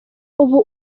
ubu